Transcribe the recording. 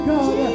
God